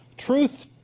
Truth